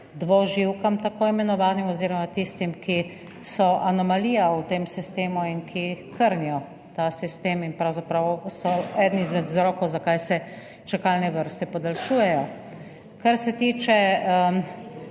dvoživkam oziroma tistim, ki so anomalija v tem sistemu in ki krnijo ta sistem in so pravzaprav eden izmed vzrokov, zakaj se čakalne vrste podaljšujejo. Kar se tiče